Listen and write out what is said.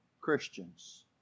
Christians